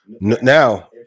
now